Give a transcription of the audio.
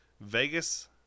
Vegas